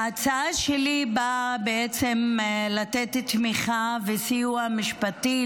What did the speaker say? ההצעה שלי באה בעצם לתת תמיכה וסיוע משפטי,